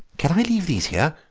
can i leave these here?